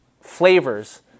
flavors